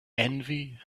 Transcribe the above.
envy